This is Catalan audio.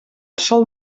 sol